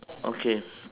okay